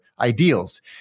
ideals